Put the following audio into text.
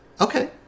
Okay